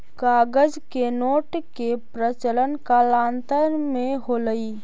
कागज के नोट के प्रचलन कालांतर में होलइ